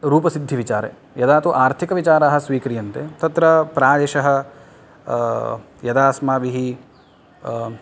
रूपसिद्धिविचारे यदा तु आर्थिकविचारः स्वीक्रियन्ते तत्र प्रायशः यदा अस्माभिः